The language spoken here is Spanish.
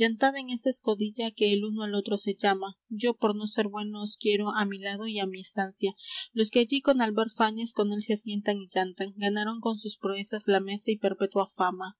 yantad en esa escodilla que el uno al otro se llama yo por no ser bueno os quiero á mi lado y á mi estancia los que allí con álvar fáñez con él se asientan y yantan ganaron con sus proezas la mesa y perpetua fama